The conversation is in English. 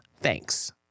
Thanks